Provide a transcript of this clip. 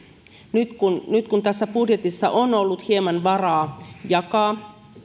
nyt kun nyt kun tässä budjetissa on ollut hieman varaa jakaa